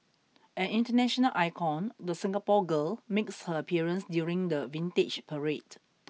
an international icon the Singapore Girl makes her appearance during the vintage parade